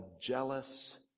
jealous